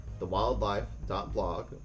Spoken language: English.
thewildlife.blog